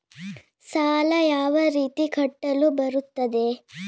ಸಾಲ ಯಾವ ರೀತಿ ಕಟ್ಟಲು ಬರುತ್ತದೆ?